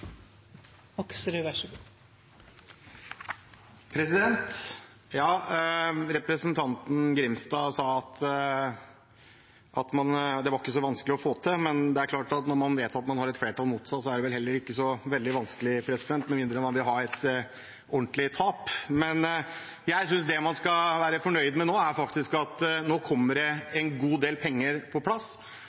ikke var så vanskelig å få til, men det er klart: Når man vet at man har et flertall mot seg, er det ikke så veldig vanskelig, med mindre man vil ha et ordentlig tap. Det man skal være fornøyd med nå, er at det kommer en god del penger på plass.